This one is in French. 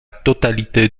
totalité